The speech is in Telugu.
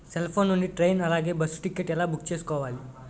సెల్ ఫోన్ నుండి ట్రైన్ అలాగే బస్సు టికెట్ ఎలా బుక్ చేసుకోవాలి?